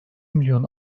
milyon